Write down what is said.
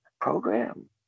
program